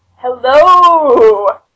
Hello